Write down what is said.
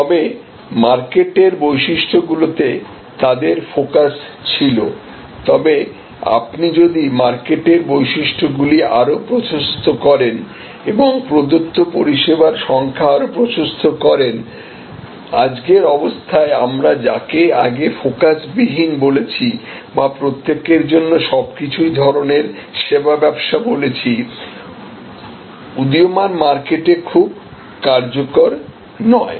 তবে মার্কেটের বৈশিষ্ট্যগুলিতে তাদের ফোকাস ছিল তবে আপনি যদি মার্কেটের বৈশিষ্ট্যগুলি আরও প্রশস্ত করেন এবং প্রদত্ত পরিষেবার সংখ্যা আরও প্রশস্ত করেন আজকের অবস্থায় আমরা যাকে আগে ফোকাসবিহীন বলেছি বা প্রত্যেকের জন্য সবকিছুই ধরণের সেবা ব্যবসা বলেছি উদীয়মান মার্কেটে খুব কার্যকর নয়